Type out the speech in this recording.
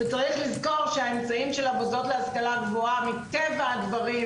וצריך לזכור שהאמצעים של המוסדות להשכלה הגבוהה מטבע הדברים,